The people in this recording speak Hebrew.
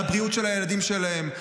על הבריאות של הילדים שלהם,